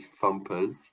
thumpers